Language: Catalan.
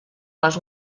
les